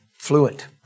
fluent